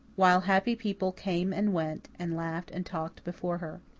while happy people came and went, and laughed and talked before her.